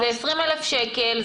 זה 20,000 שקל,